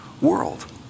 world